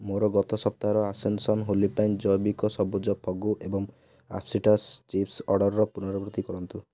ମୋର ଗତ ସପ୍ତାହର ଆସେନସନ ହୋଲି ପାଇଁ ଜୈବିକ ସବୁଜ ଫଗୁ ଏବଂ ଆପ୍ପିଟାସ୍ ଚିପ୍ସ ଅର୍ଡ଼ର୍ର ପୁନରାବୃତ୍ତି କରନ୍ତୁ